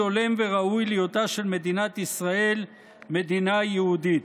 הולם וראוי להיותה של מדינת ישראל מדינה יהודית.